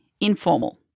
informal